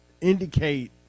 indicate